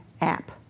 app